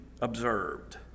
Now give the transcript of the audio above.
observed